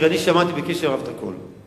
אני שמעתי בקשב רב את הכול.